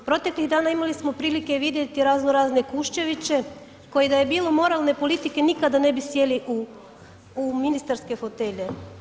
Proteklih dana imali smo prilike vidjeti razno razne Kuščeviće koji da je bilo moralne politike nikada ne bi sjeli u ministarske fotelje.